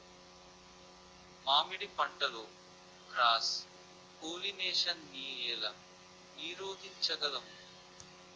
మామిడి పంటలో cross pollination నీ ఏల నీరోధించగలము?